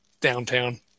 downtown